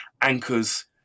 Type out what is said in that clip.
anchors